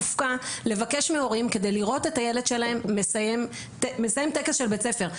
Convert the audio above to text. מופקע לבקש מהורים כדי לראות את הילד שלהם מסיים טקס של בית ספר.